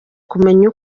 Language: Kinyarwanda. kumenya